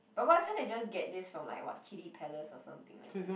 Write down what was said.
but why can't they just get this from like what Kiddy-Palace or something like that